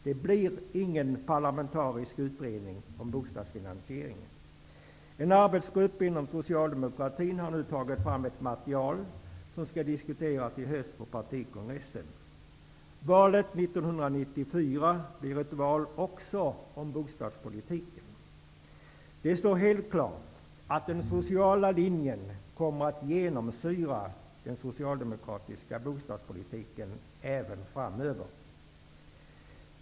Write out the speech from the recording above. Det blir ingen parlamentarisk utredning i fråga om bostadsfinansieringen. En arbetsgrupp inom socialdemokratin har nu tagit fram ett material som skall diskuteras på partikongressen i höst. Valet 1994 blir ett val också om bostadspolitiken. Det står helt klart att den sociala linjen kommer att genomsyra den socialdemokratiska bostadspolitiken även framöver.